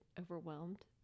overwhelmed